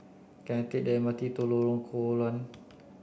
can I take the M R T to Lorong Koon Low